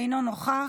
אינו נוכח.